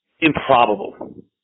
improbable